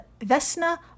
Vesna